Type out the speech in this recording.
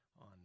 on